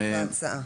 בהצעה.